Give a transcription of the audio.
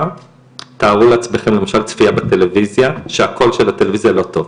תארו לעצמכם למשל צפייה בטלויזיה כשהקול של הטלויזיה לא טוב.